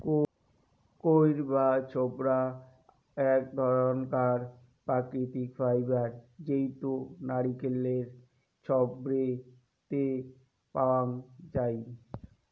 কইর বা ছোবড়া আক ধরণকার প্রাকৃতিক ফাইবার জেইতো নারকেলের ছিবড়ে তে পাওয়াঙ যাই